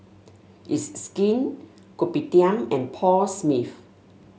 It's Skin Kopitiam and Paul Smith